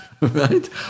right